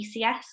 PCS